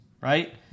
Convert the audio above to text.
right